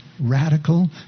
radical